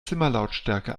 zimmerlautstärke